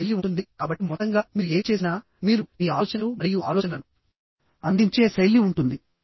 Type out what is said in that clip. అప్పుడు శైలి ఉంటుందికాబట్టి మొత్తంగా మీరు ఏమి చేసినామీరు మీ ఆలోచనలు మరియు ఆలోచనలను అందించే శైలి ఉంటుంది